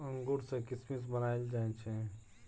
अंगूर सँ किसमिस बनाएल जाइ छै